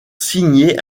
signé